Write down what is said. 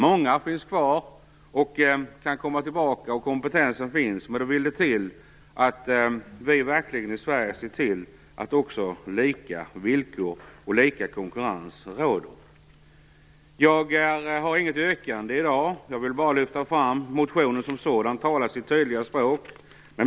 Många finns kvar och kan komma tillbaka och kompetensen finns redan. Men då vill det till att vi i Sverige verkligen ser till att det råder lika villkor och lika konkurrens. Jag har inget yrkande. Jag ville bara lyfta fram motionen som talar sitt tydliga språk.